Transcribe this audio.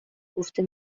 گفته